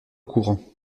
courant